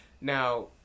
Now